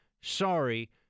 sorry